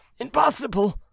impossible